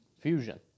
fusion